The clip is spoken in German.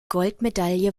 goldmedaille